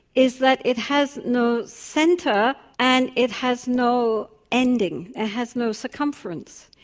is that it has no centre and it has no ending, it has no circumference.